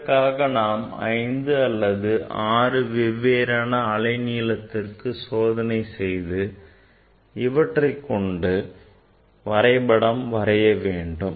இதற்காக நாம் ஐந்து அல்லது ஆறு வெவ்வேறான அலை நீளத்திற்கு சோதனை செய்து இவற்றைக்கொண்டு வரைபடம் வரைய வேண்டும்